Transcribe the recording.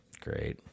Great